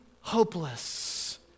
hopeless